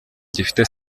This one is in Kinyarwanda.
gifite